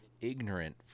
ignorant